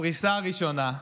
הפריסה הראשונה,